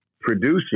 producer